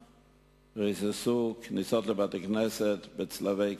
וריססו כניסות לבתי-כנסת בצלבי קרס.